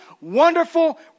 wonderful